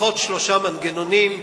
לפחות שלושה מנגנונים: